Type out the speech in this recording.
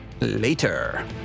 Later